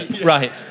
right